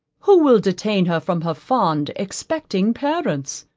who will detain her from her fond, expecting parents?